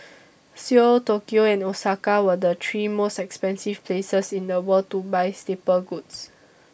Seoul Tokyo and Osaka were the three most expensive places in the world to buy staple goods